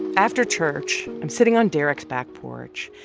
after church, i'm sitting on derek's back porch.